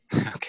Okay